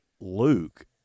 Luke